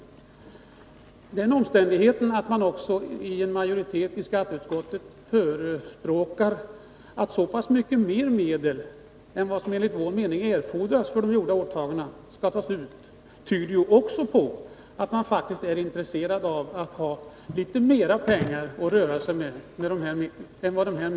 Även den omständigheten att majoriteten i skatteutskottet förespråkar att så pass mycket mer medel än som enligt vår mening erfordras för de gjorda åtagandena skall tas ut tyder på att man faktiskt är intresserad av att ha litet mer pengar att röra sig med än som behövs.